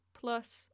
plus